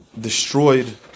destroyed